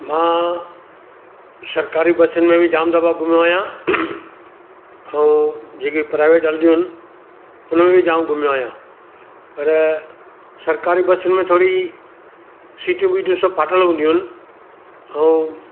मां सरकारी बसुनि में बि जाम दफ़ा घुमियो आहियां ऐं जेकी प्रायवेट हलंदियूं आहिनि हुन में बि जाम घुमियो आहियां पर सरकारी बसुनि में थोरी सिटियूं ॿिटियूं सभु फाटल हूंदियूं आहिनि ऐं